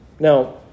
Now